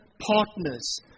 partners